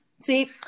See